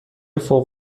فوق